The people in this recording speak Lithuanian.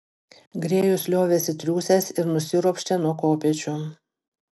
grėjus liovėsi triūsęs ir nusiropštė nuo kopėčių